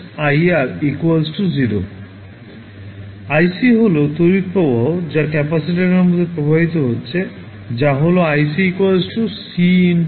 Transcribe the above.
IC হল তড়িৎ প্রবাহ যা ক্যাপাসিটরের মধ্যে প্রবাহিত হচ্ছে যা হল IC C